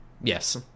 Yes